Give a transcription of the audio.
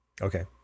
Okay